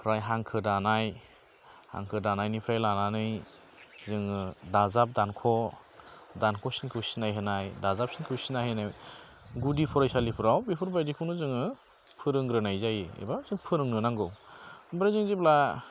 आमफ्राय हांखो दानाय हांखो दानायनिफ्राय लानानै जोङो दाजाब दानख' दानख' सिनखौ सिनायहोनाय दाजाब सिनखौ सिनाय होनाय गुदि फरायसालिफोराव बेफोर बायदिखौनो जोङो फोरोंग्रोनाय जायो एबा फोरोंनो नांगौ आमफ्राय जों जेब्ला